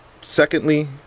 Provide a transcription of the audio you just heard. secondly